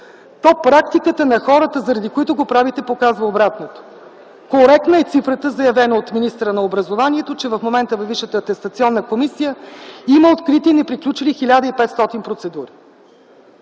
то практиката на хората, заради които го правите, показва обратното. Коректна е цифрата, заявена от министъра на образованието, че в момента във Висшата атестационна комисия има открити и неприключили 1500 процедури.